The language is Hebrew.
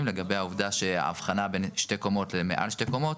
לגבי העובדה של הבחנה בין שתי קומות למעל שתי קומות